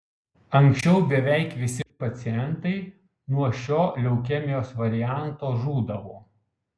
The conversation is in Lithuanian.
anksčiau beveik visi pacientai nuo šio leukemijos varianto žūdavo